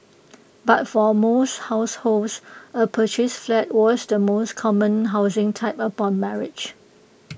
but for most households A purchased flat was the most common housing type upon marriage